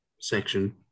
section